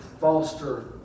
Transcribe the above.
foster